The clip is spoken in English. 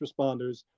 responders